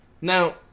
Now